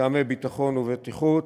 מטעמי ביטחון ובטיחות.